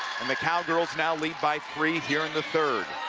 and the cowgirls now lead by three here in the third.